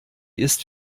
ist